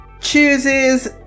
chooses